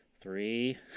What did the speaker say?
three